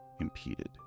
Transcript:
impeded